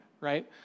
Right